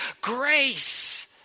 grace